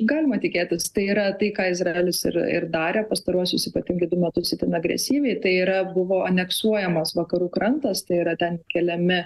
galima tikėtis tai yra tai ką izraelis ir ir darė pastaruosius ypatingai du metus itin agresyviai tai yra buvo aneksuojamas vakarų krantas tai yra ten keliami